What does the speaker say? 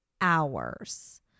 hours